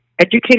educating